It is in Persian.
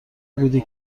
بودی